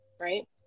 right